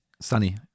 sunny